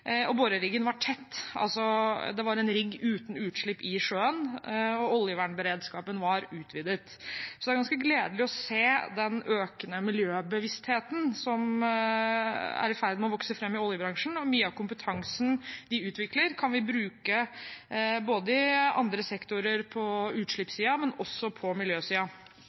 og boreriggen var tett – det var altså en rigg uten utslipp i sjøen – og oljevernberedskapen var utvidet. Det er ganske gledelig å se den økende miljøbevisstheten som er i ferd med å vokse fram i oljebransjen, og mye av kompetansen vi utvikler, kan vi bruke i andre sektorer – på utslippssiden, men også på